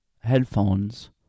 Headphones